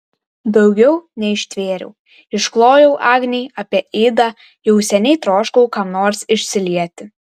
daugiau neištvėriau išklojau agnei apie idą jau seniai troškau kam nors išsilieti